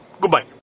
Goodbye